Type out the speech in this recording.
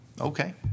Okay